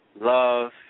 love